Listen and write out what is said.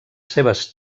seves